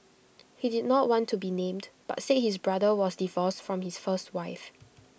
he did not want to be named but said his brother was divorced from his first wife